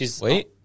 Wait